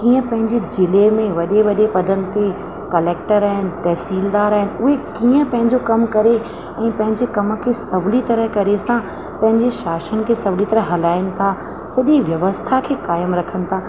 कीअं पंहिंजे ज़िले में वॾे वॾे पदनि ते कलेक्टर आहिनि तहसीलदार आहिनि उहे कीअं पंहिंजो कम करे ऐं पंहिंजे कम खे सवली तरह सां पंहिंजे शासन खे सवली तरह सां हलाइनि था सॼी व्यवस्था खे क़ाइमु रखनि था